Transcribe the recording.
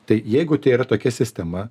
tai jeigu tai yra tokia sistema